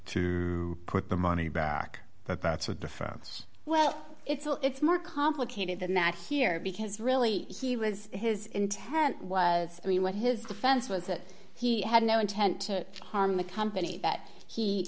to put the money back that that's a defense well it's all it's more complicated than that here because really he was his intent was i mean what his defense was that he had no intent to harm the company that he